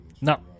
No